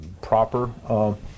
proper